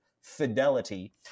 fidelity